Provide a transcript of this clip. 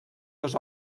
dos